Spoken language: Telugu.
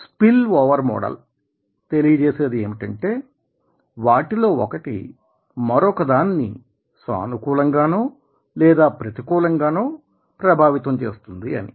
స్పిల్ ఓవర్ మోడల్ తెలియజేసేది ఏమిటంటే వాటిలో ఒకటి మరొకదానిని సానుకూలంగానో లేదా ప్రతికూలంగానో ప్రభావితం చేస్తుంది అని